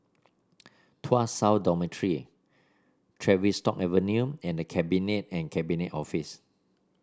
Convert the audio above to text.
Tuas South Dormitory Tavistock Avenue and The Cabinet and Cabinet Office